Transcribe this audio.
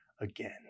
again